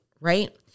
right